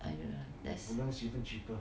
I don't know lah that's